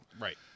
Right